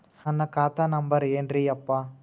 ನನ್ನ ಖಾತಾ ನಂಬರ್ ಏನ್ರೀ ಯಪ್ಪಾ?